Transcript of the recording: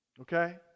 Okay